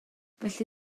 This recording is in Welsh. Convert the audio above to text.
felly